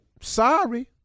Sorry